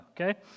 okay